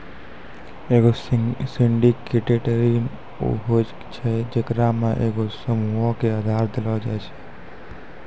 एगो सिंडिकेटेड ऋण उ होय छै जेकरा मे एगो समूहो के उधार देलो जाय छै